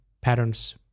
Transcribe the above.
patterns